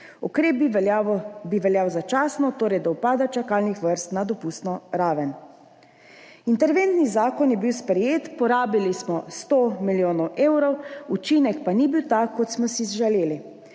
Ukrep bi veljal začasno, torej do upada čakalnih vrst na dopustno raven. Interventni zakon je bil sprejet, porabili smo 100 milijonov evrov, učinek pa ni bil tak, kot smo si ga želeli.